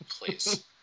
Please